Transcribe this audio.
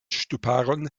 ŝtuparon